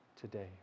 today